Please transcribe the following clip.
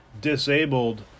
disabled